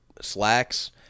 slacks